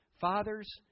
father's